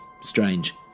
strange